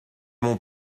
mon